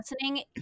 listening